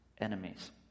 enemies